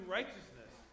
righteousness